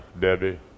Debbie